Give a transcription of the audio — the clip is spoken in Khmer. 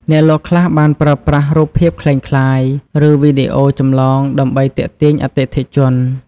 អ្នកលក់ខ្លះបានប្រើប្រាស់រូបភាពក្លែងក្លាយឬវីដេអូចម្លងដើម្បីទាក់ទាញអតិថិជន។